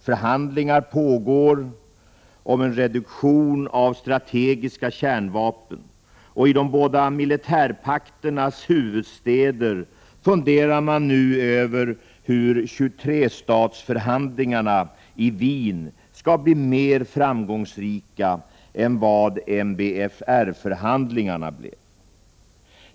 Förhandlingar pågår om en reduktion av strategiska kärnvapen och i de båda militärpakternas huvudstäder funderar man nu över hur 23-statsförhandlingarna i Wien skall bli mer framgångsrika än vad MBFR-förhandlingarna blev.